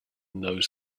knows